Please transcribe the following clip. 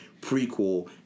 prequel